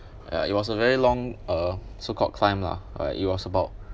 ya it was a very long uh so called climb lah alright it was about